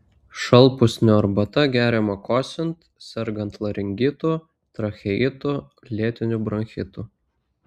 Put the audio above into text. šalpusnio arbata geriama kosint sergant laringitu tracheitu lėtiniu bronchitu